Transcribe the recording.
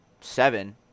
seven